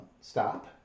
stop